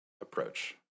approach